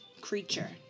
creature